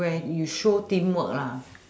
where you show team work